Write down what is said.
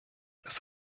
ist